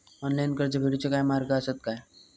Online कर्ज फेडूचे काय मार्ग आसत काय?